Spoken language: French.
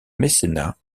mécénat